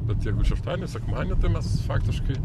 bet jeigu šeštadienį sekmadienį tai mes faktiškai